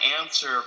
answer